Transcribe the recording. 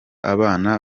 abana